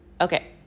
Okay